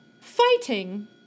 fighting